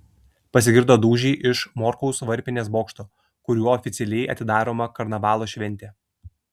pasigirdo dūžiai iš morkaus varpinės bokšto kuriuo oficialiai atidaroma karnavalo šventė